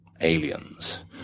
aliens